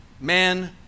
man